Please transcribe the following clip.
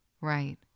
Right